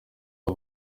aba